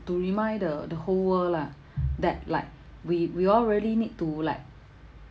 to remind the the whole world lah that like we we all really need to like